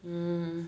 mm